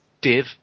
div